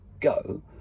go